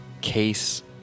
case